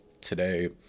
today